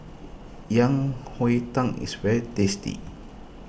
Yang Tang is very tasty